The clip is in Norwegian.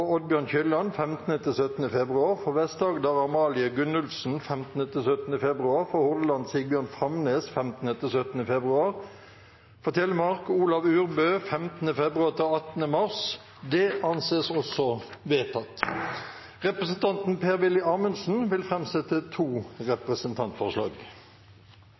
Kylland 15.–17. februar For Vest-Agder: Amalie Gunnufsen 15.–17. februar For Hordaland: Sigbjørn Framnes 15.–17. februar For Telemark: Olav Urbø 15. februar–18. mars Representanten Per-Willy Amundsen vil framsette to representantforslag.